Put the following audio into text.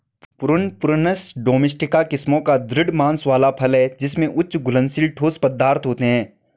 prune, Prunus domestica किस्मों का दृढ़ मांस वाला फल है जिसमें उच्च घुलनशील ठोस पदार्थ होते हैं